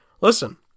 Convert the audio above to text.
listen